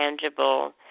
tangible